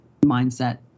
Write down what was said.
mindset